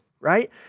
Right